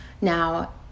now